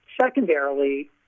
Secondarily